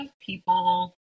people